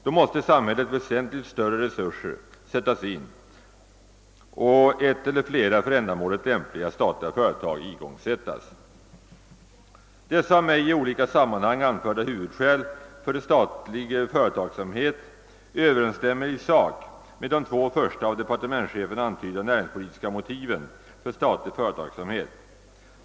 Då måste samhällets väsentligt större resurser sättas in och ett eller flera för ändamålet lämpliga statliga företag igångsättas. Dessa av mig i olika sammanhang anförda huvudskäl för statlig företagsam het överensstämmer i sak med de två första av departemenschefen antydda näringspolitiska motiven för statlig företagsamhet.